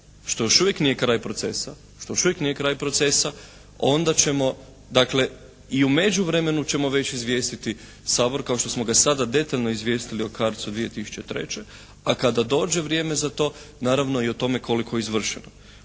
što još uvijek nije kraj procesa, onda ćemo dakle i u međuvremenu ćemo već izvijestiti Sabor kao što smo ga sada detaljno izvijestili o CARDS-u 2003. a kada dođe vrijeme za to naravno i o tome koliko je izvršeno.